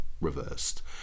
reversed